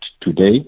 today